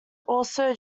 also